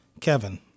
Kevin